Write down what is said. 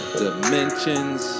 dimensions